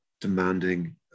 demanding